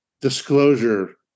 disclosure